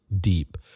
deep